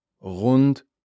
rund